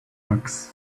bucks